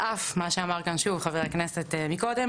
על אף מה שאמר כאן שוב חבר הכנסת מקודם,